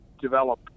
develop